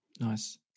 nice